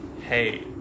hey